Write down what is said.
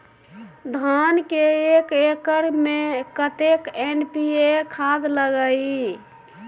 धान के एक एकर में कतेक एन.पी.ए खाद लगे इ?